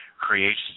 creates